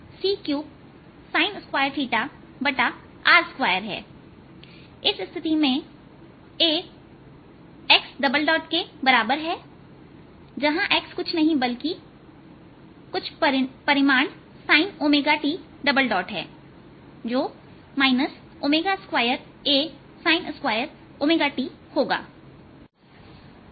इस स्थिति में ax है जहां x कुछ नहीं बल्कि कुछ परिमाण sin ⍵t जो 2Asin2t होगा